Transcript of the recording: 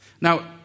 now